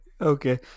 Okay